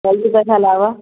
जल्दी पइसा लाबऽ